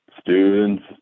students